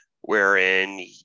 wherein